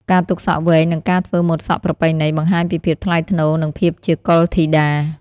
ការទុកសក់វែង និងការធ្វើម៉ូតសក់ប្រពៃណី បង្ហាញពីភាពថ្លៃថ្នូរ និងភាពជាកុលធីតា។